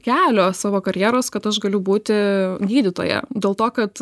kelio savo karjeros kad aš galiu būti gydytoja dėl to kad